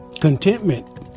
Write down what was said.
Contentment